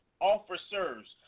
officers